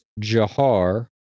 Jahar